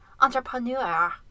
entrepreneur